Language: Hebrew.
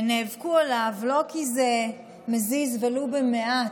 הן נאבקו עליו לא כי זה מזיז, ולו במעט,